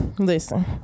Listen